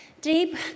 Deep